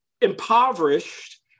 impoverished